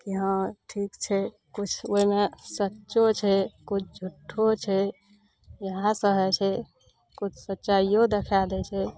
कि हँ ठीक छै किछु ओहिमे सच्चो छै किछु झुट्ठो छै इहए सब होइ छै किछु सच्चाइयो देखाइ दै छै